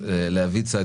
הם